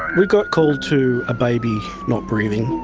we got called to a baby not breathing,